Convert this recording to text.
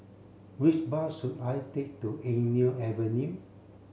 which bus should I take to Eng Neo Avenue